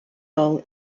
all